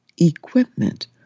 equipment